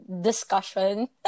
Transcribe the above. discussion